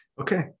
okay